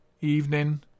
evening